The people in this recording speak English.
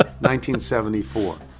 1974